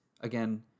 Again